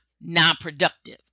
non-productive